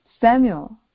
Samuel